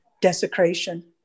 desecration